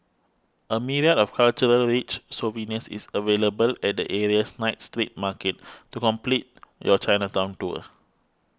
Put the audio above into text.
a myriad of cultural rich souvenirs is available at the area's night street market to complete your Chinatown tour